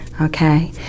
Okay